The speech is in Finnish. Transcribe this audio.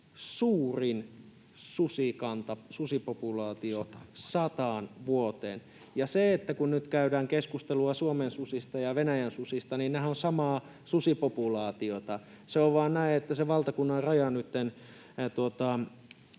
susipopulaatio, sataan vuoteen. Ja kun nyt käydään keskustelua Suomen susista ja Venäjän susista, niin nehän ovat samaa susipopulaatiota. Se on vaan näin, että se valtakunnan raja nytten